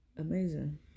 Amazing